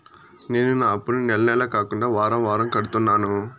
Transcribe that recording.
నేను నా అప్పుని నెల నెల కాకుండా వారం వారం కడుతున్నాను